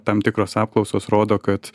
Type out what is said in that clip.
tam tikros apklausos rodo kad